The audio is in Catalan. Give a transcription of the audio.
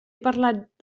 parlat